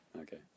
Okay